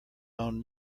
own